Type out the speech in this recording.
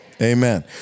Amen